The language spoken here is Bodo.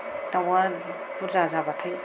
दाउआ बुरजा जाबाथाय